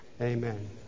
Amen